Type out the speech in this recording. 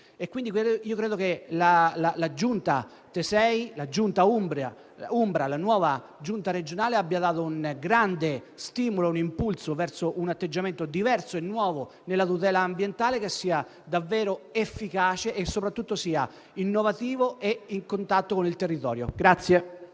Tesei, la nuova giunta regionale umbra, abbia dato un grande stimolo, un impulso verso un atteggiamento diverso e nuovo nella tutela ambientale che sia davvero efficace e, soprattutto, innovativo e in contatto con il territorio.